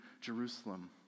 Jerusalem